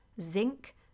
zinc